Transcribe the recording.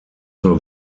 zur